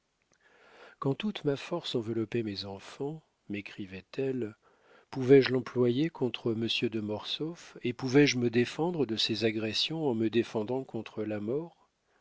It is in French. quand toute ma force enveloppait mes enfants mécrivait elle pouvais-je l'employer contre monsieur de mortsauf et pouvais-je me défendre de ses agressions en me défendant contre la mort